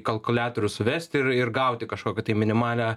kalkuliatorių suvesti ir ir gauti kažkokią tai minimalią